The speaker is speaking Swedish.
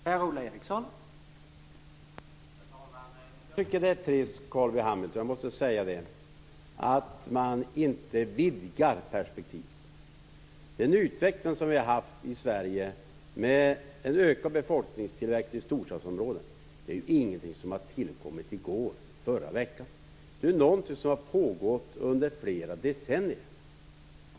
Herr talman! Jag måste säga att jag tycker att det är trist, Carl B Hamilton, att man inte vidgar perspektivet. Den utveckling som vi har haft i Sverige med en ökad befolkningstillväxt i storstadsområdena är ingenting som har tillkommit i går eller i förra veckan. Det är något som har pågått under flera decennier.